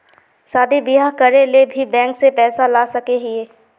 शादी बियाह करे ले भी बैंक से पैसा ला सके हिये?